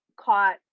caught